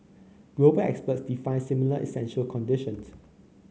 global experts define similar essential conditions